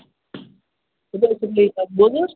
بوٗز حظ